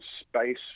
space